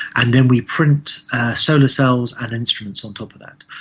and then we print solar cells and instruments on top of that.